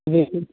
जी sir